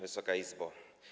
Wysoka Izbo!